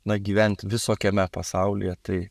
na gyvent visokiame pasaulyje tai